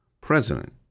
president